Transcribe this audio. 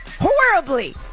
Horribly